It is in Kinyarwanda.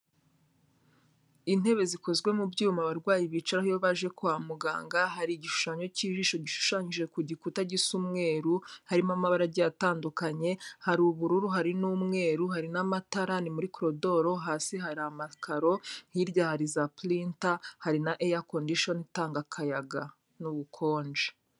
Intebe zikozwe mu byuma abarwayi bicaraho iyo baje kwa muganga, hari igishushanyo cy'ijisho gishushanyije ku gikuta gisa umweru, harimo amabara agiye atandukanye, hari ubururu, hari n'umweru, hari n'amatara, ni muri koridoro, hasi hari amakaro, hirya hari za purinta, hari na eya kondishoni itanga akayaga n'ubukonje.